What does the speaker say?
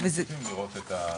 אנחנו צריכים לראות את השינויים,